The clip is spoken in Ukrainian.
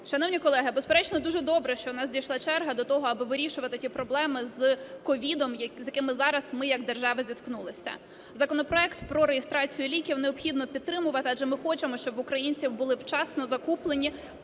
Шановні колеги, безперечно, дуже добре, що в нас дійшла черга до того, аби вирішувати ті проблеми з COVID, з якими зараз ми як держава зіткнулися. Законопроект про реєстрацію ліків необхідно підтримувати, адже ми хочемо, щоб в українців були вчасно закуплені